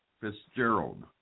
Fitzgerald